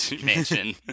mansion